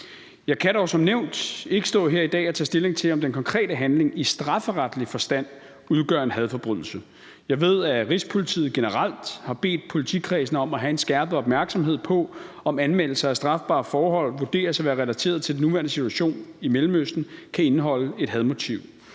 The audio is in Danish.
Jeg kan dog som nævnt ikke stå her i dag og tage stilling til, om den konkrete handling i strafferetlig forstand udgør en hadforbrydelse. Jeg ved, at Rigspolitiet generelt har bedt politikredsene om at have en skærpet opmærksomhed på, om anmeldelser af strafbare forhold, der vurderes at være relateret til den nuværende situation i Mellemøsten, kan indeholde et hadmotiv.